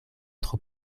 tro